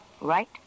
right